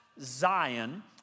Zion